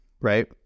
right